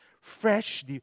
fresh